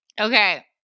Okay